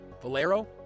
Valero